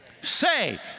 Say